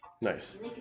Nice